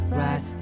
right